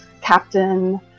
captain